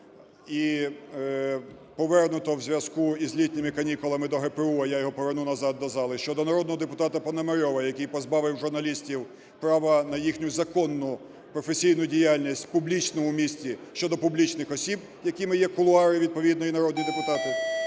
і повернуто у зв'язку із літніми канікулами до ГПУ, а я його повернув назад до зали. Щодо народного депутата Пономарьова, який позбавив журналістів права на їхню законну професійну діяльність в публічному місці щодо публічних осіб, якими є кулуари, відповідно, і народні депутати.